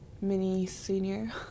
mini-senior